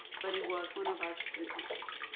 but he was one of our students.